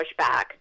pushback